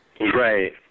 Right